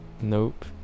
Nope